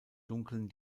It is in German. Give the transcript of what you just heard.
dunkeln